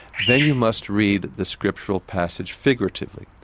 then you must read the scriptural passage figuratively.